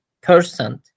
percent